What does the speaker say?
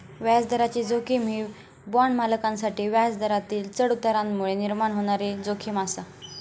व्याजदराची जोखीम ही बाँड मालकांसाठी व्याजदरातील चढउतारांमुळे निर्माण होणारी जोखीम आसा